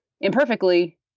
imperfectly